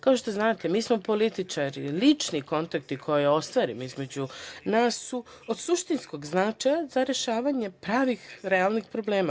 Kao što znate, mi smo političari i lični kontakti koje ostvarimo između nas su od suštinskog značaja za rešavanje pravih realnih problema.